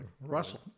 russell